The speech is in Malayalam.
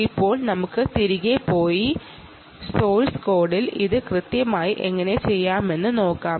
ഇപ്പോൾ നമുക്ക് തിരികെ പോയി സോഴ്സ് കോഡിൽ ഇത് കൃത്യമായി എങ്ങനെ ചെയ്യാമെന്ന് നോക്കാം